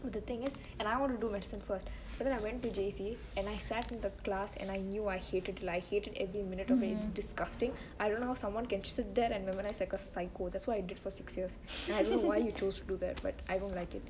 well the thing is and I want to do medicine first because I went to J C and I sat in the class and I knew I hated like hated every minute of it disgusting I don't now someone can sit there and memorize like a psycho that's what I did for six years then I don't know why you chose to do that but I don't like it